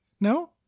No